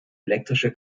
elektrische